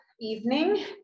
evening